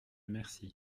merci